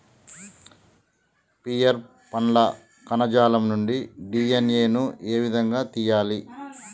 Pear పండ్ల కణజాలం నుండి డి.ఎన్.ఎ ను ఏ విధంగా తియ్యాలి?